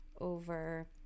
over